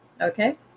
Okay